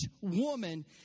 woman